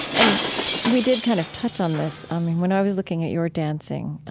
and we did kind of touch on this. i mean, when i was looking at your dancing,